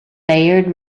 bayard